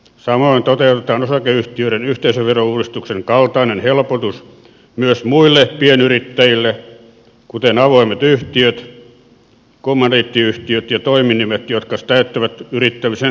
samoin toteutetaan osakeyhtiöiden yhteisöverouudistuksen kaltainen helpotus myös muille pienyrittäjille kuten avoimille yhtiöille kommandiittiyhtiöille ja toiminimille jotka täyttävät yrittämisen statuksen